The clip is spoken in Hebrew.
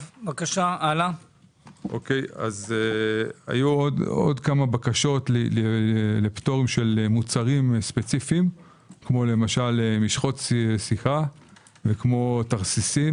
היו עוד כמה בקשות לפטורים של מוצרים ספציפיים כמו משחות סיכה וכמו תרסיסי